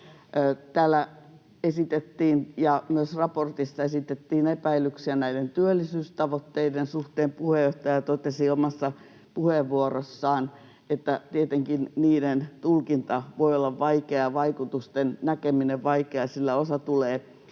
Täällä esitettiin, ja myös raportissa esitettiin, epäilyksiä työllisyystavoitteiden suhteen. Puheenjohtaja totesi omassa puheenvuorossaan, että tietenkin niiden tulkinta voi olla vaikeaa, vaikutusten näkeminen vaikeaa, sillä osa tulee